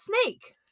snake